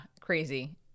crazy